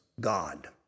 God